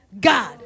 God